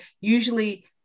Usually